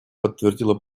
подтвердила